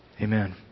amen